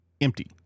empty